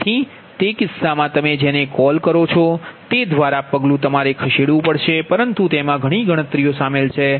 તેથી તે કિસ્સામાં તમે જેને કોલ કરો છો તે દ્વારા પગલું તમારે ખસેડવું પડશે પરંતુ તેમાં ઘણી ગણતરી શામેલ છે